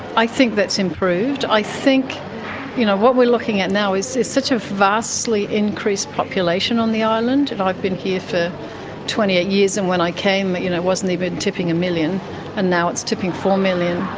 i think that's improved. i think you know what we're looking at now is is such a vastly increased population on the island. and i've been here for twenty eight years and when i came but you know it wasn't even tipping a million and now it's tipping four million.